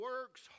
works